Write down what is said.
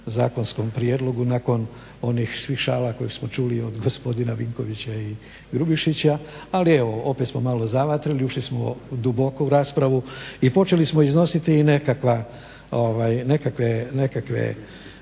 zakonskom prijedlogu nakon onih svih šala koje smo čuli od gospodina Vinkovića i Grubišića ali evo opet smo malo zavatrili ušli smo duboko u raspravu i počeli smo iznositi i nekakve